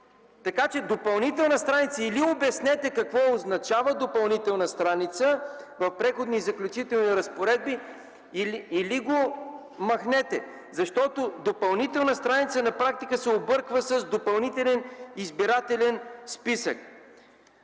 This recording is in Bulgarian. така че допълнителна страница.... Или обяснете какво означава „допълнителна страница” в Преходните и заключителните разпоредби, или го махнете, защото „допълнителна страница” на практика се обърква с допълнителен избирателен списък.